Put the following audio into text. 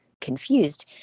confused